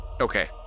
okay